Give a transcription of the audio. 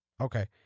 okay